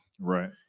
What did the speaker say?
Right